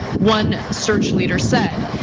one search leader said.